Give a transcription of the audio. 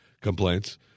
complaints